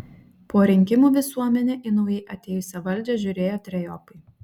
po rinkimų visuomenė į naujai atėjusią valdžią žiūrėjo trejopai